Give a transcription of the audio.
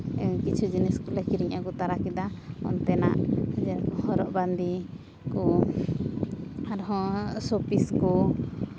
ᱠᱤᱪᱷᱩ ᱡᱤᱱᱤᱥ ᱠᱚᱞᱮ ᱠᱤᱨᱤᱧ ᱟᱹᱜᱩ ᱞᱟᱜᱟ ᱠᱮᱫᱟ ᱚᱱᱛᱮᱱᱟᱜ ᱦᱚᱨᱚᱜ ᱵᱟᱸᱫᱮ ᱠᱩ ᱟᱨᱦᱚᱸ ᱥᱚᱯᱤᱥ ᱠᱚ